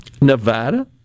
Nevada